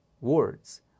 words